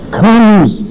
comes